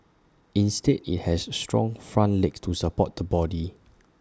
instead IT has strong front legs to support the body